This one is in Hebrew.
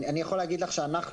אני יכול להגיד לך שאני,